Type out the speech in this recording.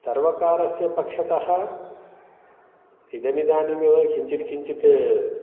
सर्वकारस्य पक्षतः इदमिदानीमेव किञ्चित् किञ्चित्